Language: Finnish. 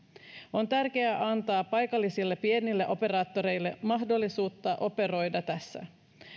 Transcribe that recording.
on tärkeää antaa paikallisille pienille operaattoreille mahdollisuus operoida tässä